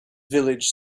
village